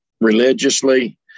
religiously